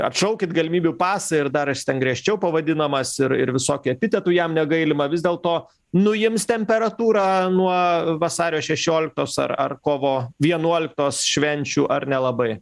atšaukit galimybių pasą ir dar ten griežčiau pavadinamas ir ir visokių epitetų jam negailima vis dėlto nuims temperatūrą nuo vasario šešioliktos ar ar kovo vienuoliktos švenčių ar nelabai